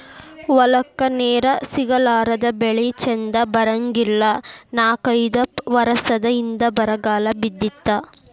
ಹೊಲಕ್ಕ ನೇರ ಸಿಗಲಾರದ ಬೆಳಿ ಚಂದ ಬರಂಗಿಲ್ಲಾ ನಾಕೈದ ವರಸದ ಹಿಂದ ಬರಗಾಲ ಬಿದ್ದಿತ್ತ